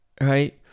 right